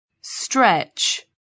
stretch